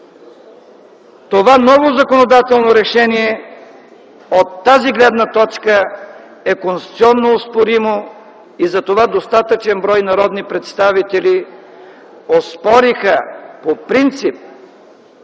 Това ново законодателно решение от тази гледна точка е конституционно оспоримо и затова достатъчен брой народни представители оспориха по принцип